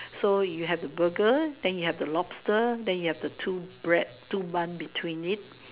so you have the Burger then you have the lobster then you will have the two bread two bun between it